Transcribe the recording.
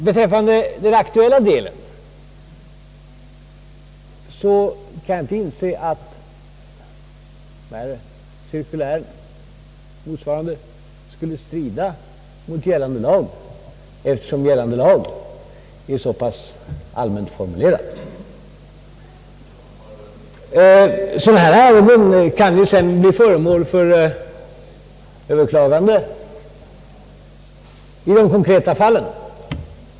Beträffande den aktuella delen kan jag inte inse att de utfärdade cirkulären eller motsvarande skulle strida mot gällande lag eftersom gällande lag är så pass allmänt formulerad. Ärenden av detta slag kan ju bli föremål för överklagande i det konkreta fallet.